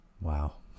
Wow